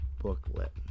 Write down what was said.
booklet